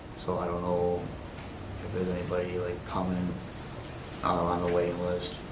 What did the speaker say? so i don't know if there's anybody like coming on the waiting list,